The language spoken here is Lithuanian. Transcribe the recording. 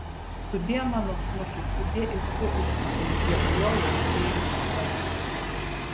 sudie mano snuki sudie ir tu užpakali prie kurio jau spėjau priprasti